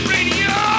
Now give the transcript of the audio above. Radio